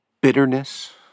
bitterness